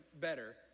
better